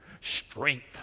strength